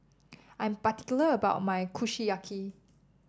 I'm particular about my Kushiyaki